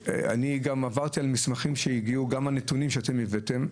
עברתי על מסמכים שהגיעו, גם הנתונים שאתם הבאתם,